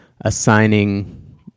assigning